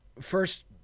first